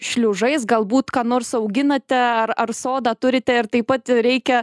šliužais galbūt ką nors auginate ar ar sodą turite ir taip pat reikia